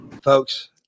Folks